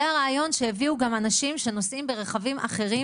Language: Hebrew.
זה הרעיון שהביאו גם אנשים שנוסעים ברכבים אחרים,